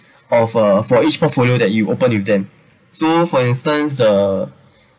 of uh for each portfolio that you open with them so for instance the